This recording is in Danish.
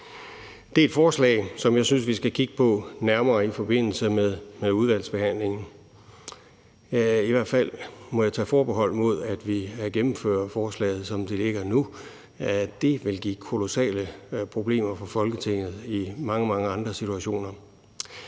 Det er et forslag, som jeg synes vi skal kigge nærmere på i forbindelse med udvalgsbehandlingen. I hvert fald må jeg tage forbehold over for at gennemføre forslaget, som det ligger nu. Det vil give kolossale problemer for Folketinget i mange, mange andre situationer.